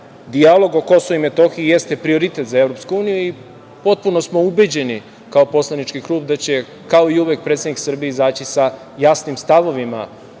dijalog o KiM jeste prioritet za EU i potpuno smo ubeđeni, kao poslanički klub da će kao i uvek predsednik Srbije izaći sa jasnim stavovima